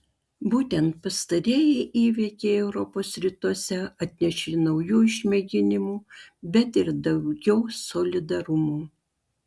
būtent pastarieji įvykiai europos rytuose atnešė naujų išmėginimų bet ir daugiau solidarumo